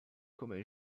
come